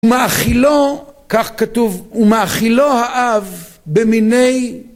ומאכילו, כך כתוב, ומאכילו האב במיני